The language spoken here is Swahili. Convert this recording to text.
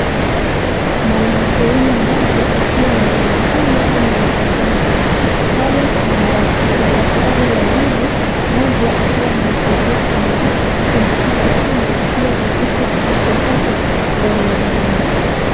Mwanamke huyu mmoja akiwa amelala pale kama amefungua mdomo. Pale kuna daktari wawili, mmoja akiwa anasaidia kumulika alafu mwingine akiona kile tatizo kilicho hapo ndani ya meno.